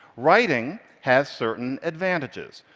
writing has certain advantages.